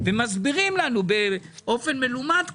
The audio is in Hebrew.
ומסבירים לנו באופן מלומד,